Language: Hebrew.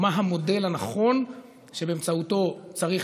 או מה המודל הנכון שבאמצעותו צריך